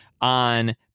on